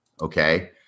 Okay